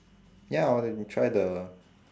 ya hor then try the